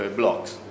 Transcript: blocks